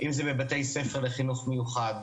אם זה בבתי ספר לחינוך מיוחד,